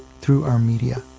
through our media.